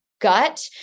gut